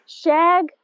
shag